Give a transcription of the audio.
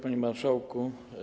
Panie Marszałku!